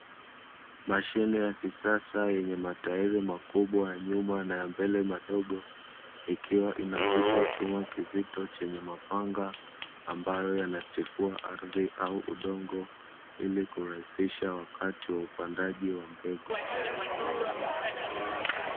Mashine ya kisasa yenye matairi makubwa ya nyuma na ya mbele madogo, ikiwa inavuta chuma kizito chenye mapanga, ambayo yanatifua ardhi au udongo ili kurahisisha wakati wa upandaji wa mbegu.